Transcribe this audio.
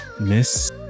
Miss